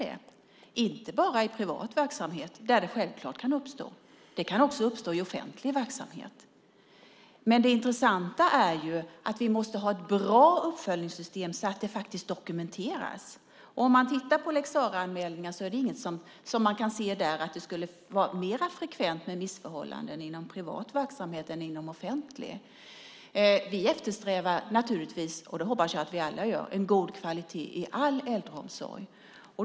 Det kan uppstå inte bara i privat verksamhet utan också i offentlig verksamhet. Men vi måste ha ett bra uppföljningssystem så att det faktiskt dokumenteras. Om man tittar på lex Saraanmälningar kan man inte se att det skulle vara mer frekvent med missförhållanden i privat verksamhet än i offentlig. Vi alla, hoppas jag, eftersträvar en god kvalitet i all äldreomsorg.